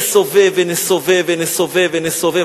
נסובב ונסובב ונסובב,